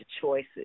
choices